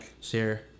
share